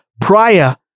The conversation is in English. prior